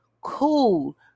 Cool